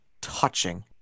touching